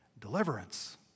Deliverance